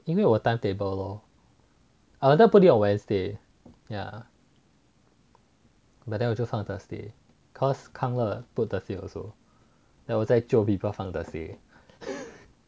因为我 timetable lor I wanted to put it wednesday ya but then 我就放 thursday cause kang le put thursday also then 我在 jio people 放 thursday